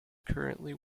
currently